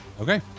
Okay